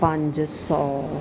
ਪੰਜ ਸੌ